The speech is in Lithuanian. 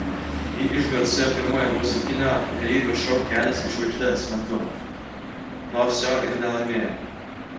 ji išgarsėjo pirmojo muzikinio realybės šou kelias į žvaigždes metu nors jo ir nelaimėjo